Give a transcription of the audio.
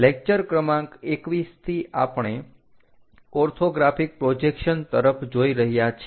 lecture ક્રમાંક 21 થી આપણે ઓર્થોગ્રાફિક પ્રોજેક્શન તરફ જોઈ રહ્યા છીએ